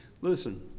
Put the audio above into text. Listen